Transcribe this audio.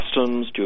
customs